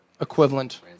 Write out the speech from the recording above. equivalent